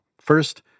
first